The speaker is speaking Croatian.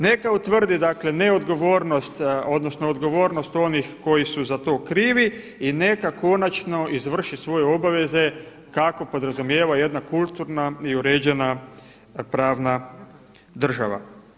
Neka utvrdi ne odgovornost, odnosno odgovornost onih koji su za to krivi i neka konačno izvrši svoje obaveze kako podrazumijeva jedna kulturna i uređena pravna država.